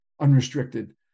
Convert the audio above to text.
unrestricted